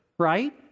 Right